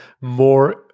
more